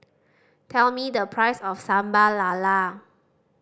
tell me the price of Sambal Lala